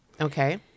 Okay